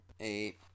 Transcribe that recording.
eight